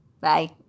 Bye